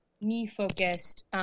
me-focused